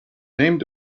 named